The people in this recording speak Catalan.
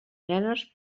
nenes